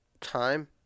time